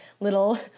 little